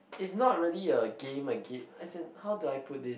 is not really a game like kid is it how do I put this